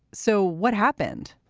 so what happened?